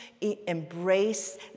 embrace